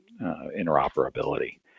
interoperability